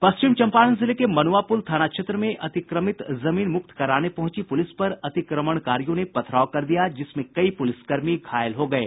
पश्चिम चम्पारण जिले के मनुआ पुल थाना क्षेत्र में अतिक्रमित जमीन मुक्त कराने पहुंची पूलिस पर अतिक्रमणकारियों ने पथराव कर दिया जिसमें कई पूलिसकर्मी घायल हो गये